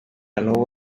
n’ubu